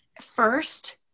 first